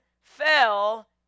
fell